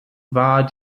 war